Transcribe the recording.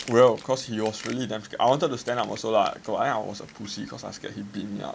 well of course he was really damn scary I wanted to stand up also lah but at the end I was a pussy cause I scared he beat me up